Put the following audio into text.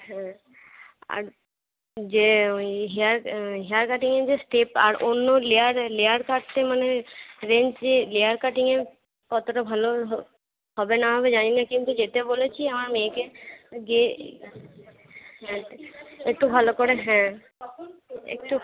হ্যাঁ আর যে ওই হেয়ার হেয়ার কাটিংয়ে যে স্টেপ আর অন্য লেয়ার লেয়ার কাটতে মানে রেঞ্জ যে লেয়ার কাটিংয়ে কতটা ভালো হ হবে না হবে জানি না কিন্তু যেতে বলেছি আমার মেয়েকে গিয়ে হ্যাঁ একটু একটু ভালো করে হ্যাঁ একটু